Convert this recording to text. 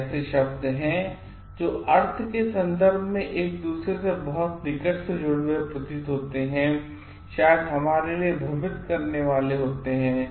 ये ऐसे शब्द हैं जो अर्थ के संदर्भ में एक दूसरे से बहुत निकट से जुड़े हुए प्रतीत होते हैं और शायद हमारे लिए भ्रमित करने वाले होते हैं